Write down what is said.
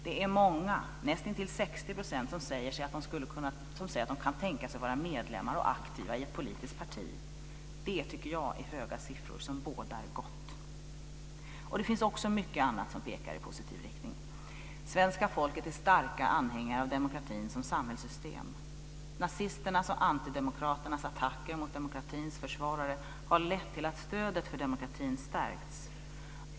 Det är många, nästintill 60 %, som säger att de kan tänka sig att vara medlemmar och aktiva i ett politiskt parti. Det tycker jag är höga siffror som bådar gott. Det finns också mycket annat som pekar i positiv riktning. Svenska folket är starka anhängare av demokratin som samhällssystem. Nazisternas och antidemokraternas attacker mot demokratins försvarare har lett till att stödet för demokratin stärkts.